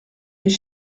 mes